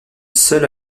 seule